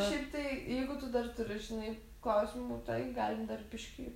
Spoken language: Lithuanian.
šiaip tai jeigu tu dar turi žinai klausimų tai galim dar biškį